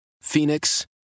Phoenix